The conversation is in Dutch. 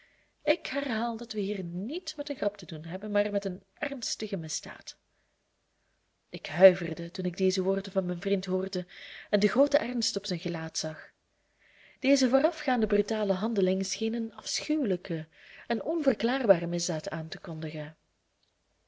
ik herhaal dat we hier niet met een grap te doen hebben maar met een ernstige misdaad ik huiverde toen ik deze woorden van mijn vriend hoorde en den grooten ernst op zijn gelaat zag deze voorafgaande brutale handeling scheen een afschuwelijke en onverklaarbare misdaad aan te kondigen